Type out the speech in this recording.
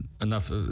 enough